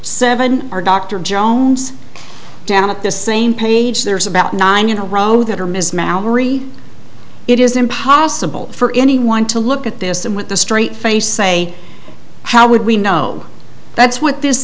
seven are dr jones down at the same page there's about nine in a row that are ms mallory it is impossible for anyone to look at this and with a straight face say how would we know that's what this